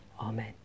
Amen